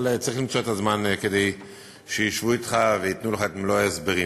אבל צריך למצוא את הזמן כדי שישבו אתך וייתנו לך את מלוא ההסברים.